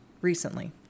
recently